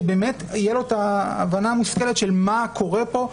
שבאמת תהיה לו את ההבנה המושכלת של מה קורה פה,